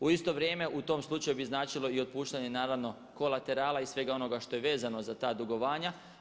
U isto vrijeme u tom slučaju bi značilo i otpuštanje naravno kolaterala i svega onoga što je vezano za ta dugovanja.